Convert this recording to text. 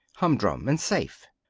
humdrum, and safe.